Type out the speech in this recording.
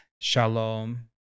Shalom